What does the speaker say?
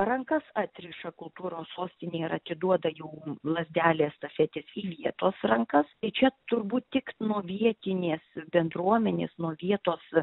rankas atriša kultūros sostinė ir atiduoda jau lazdel estafetės į vietos rankas tai čia turbūt tik nuo vietinės bendruomenės nuo vietos